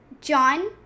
John